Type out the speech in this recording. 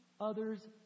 others